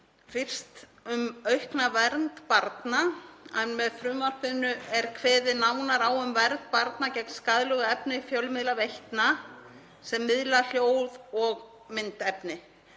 Fyrst um aukna vernd barna. Með frumvarpinu er kveðið nánar á um vernd barna gegn skaðlegu efni fjölmiðlaveitna sem miðla hljóð- og myndefni,